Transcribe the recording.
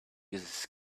uses